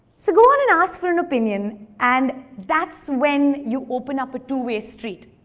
so go on and ask for an opinion, and that's when you open up a two-way street.